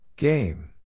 Game